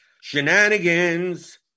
Shenanigans